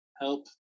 help